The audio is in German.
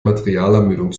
materialermüdung